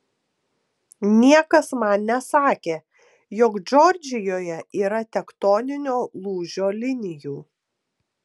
niekas man nesakė jog džordžijoje yra tektoninio lūžio linijų